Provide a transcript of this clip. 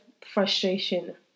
frustration